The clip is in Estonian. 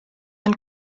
end